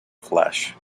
flesh